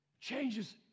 changes